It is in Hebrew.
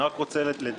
אני רק רוצה לדייק.